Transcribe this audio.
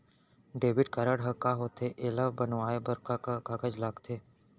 Debit card ह का होथे एला बनवाए बर का का कागज लगथे?